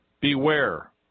Beware